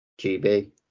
GB